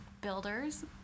builders